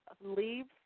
leaves